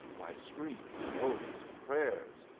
by screams, oaths, prayers,